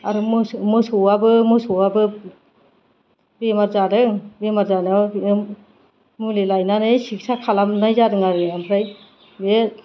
आरो मोसौआबो बेमार जादों बेमार जानायाव बियो मुलि लायनानै सिकिट्सा खालामनाय जादों आरो ओमफ्राय बे